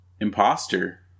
Imposter